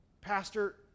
Pastor